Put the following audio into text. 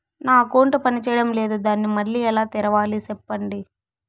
నా అకౌంట్ పనిచేయడం లేదు, దాన్ని మళ్ళీ ఎలా తెరవాలి? సెప్పండి